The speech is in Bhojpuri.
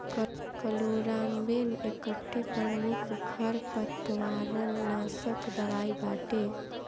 क्लोराम्बेन एकठे प्रमुख खरपतवारनाशक दवाई बाटे